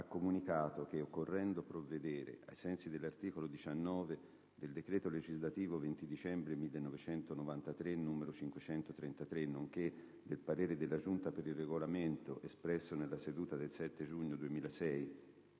ha comunicato che, occorrendo provvedere, ai sensi dell'articolo 19 del decreto legislativo 20 dicembre 1993, n. 533, nonché del parere della Giunta per il Regolamento espresso nella seduta del 7 giugno 2006,